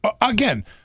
Again